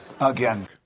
again